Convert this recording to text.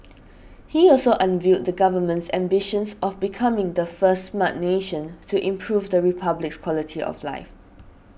he also unveiled the Government's ambitions of becoming the first Smart Nation to improve the Republic's quality of life